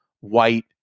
white